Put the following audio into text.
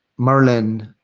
marlen,